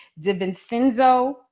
Divincenzo